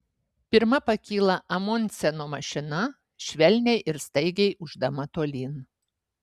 pirma pakyla amundseno mašina švelniai ir staigiai ūždama tolyn